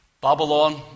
Babylon